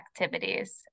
activities